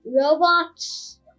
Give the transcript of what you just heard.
robots